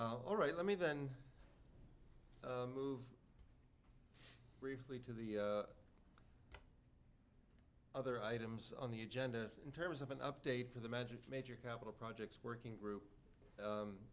all right let me then move briefly to the other items on the agenda in terms of an update for the magic major capital projects working group